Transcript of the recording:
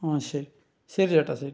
ആ ശരി ശരി ചേട്ടാ ശരി